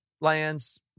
lands